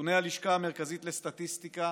נתוני הלשכה המרכזית לסטטיסטיקה